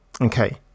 Okay